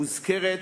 מוזכרת